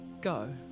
go